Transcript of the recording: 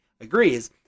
agrees